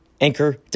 Anchor